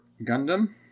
Gundam